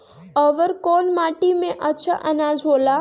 अवर कौन माटी मे अच्छा आनाज होला?